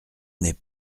n’est